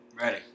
Ready